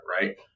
right